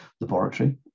laboratory